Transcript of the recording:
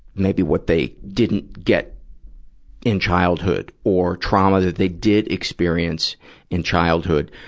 maybe what they didn't get in childhood, or trauma that they did experience in childhood.